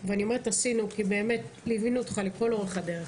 ואני אומרת עשינו כי באמת ליווינו אותך לכל אורך הדרך